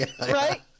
Right